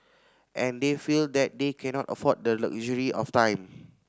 and they feel that they cannot afford the luxury of time